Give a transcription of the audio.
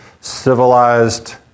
civilized